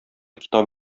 китап